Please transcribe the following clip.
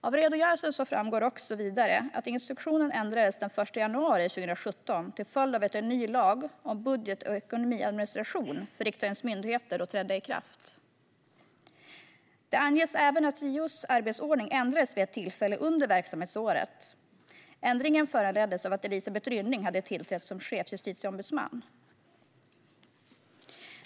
Av redogörelsen framgår vidare att instruktionen ändrades den 1 januari 2017 till följd av att en ny lag om budget och ekonomiadministration för riksdagens myndigheter då trädde i kraft. Det anges även att JO:s arbetsordning ändrades vid ett tillfälle under verksamhetsåret. Ändringen föranleddes av att Elisabeth Rynning hade tillträtt som chefsjustitieombudsman.